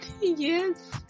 yes